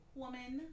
woman